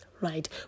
right